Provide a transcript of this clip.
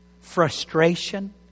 frustration